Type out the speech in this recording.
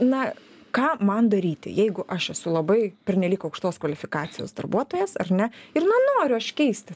na ką man daryti jeigu aš esu labai pernelyg aukštos kvalifikacijos darbuotojas ar ne ir nenoriu aš keisti